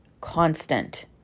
constant